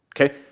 Okay